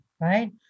right